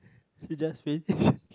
she just finish